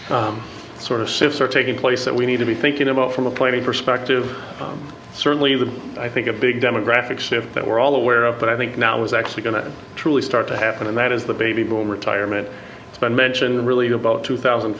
big sort of shifts are taking place that we need to be thinking about from a planning perspective certainly the i think a big demographic shift that we're all aware of but i think now is actually going to truly start to happen and that is the baby boom retirement it's been mentioned really about two thousand